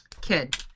kid